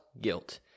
guilt